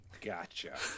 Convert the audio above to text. Gotcha